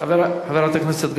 אתה חוצפן.